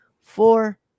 four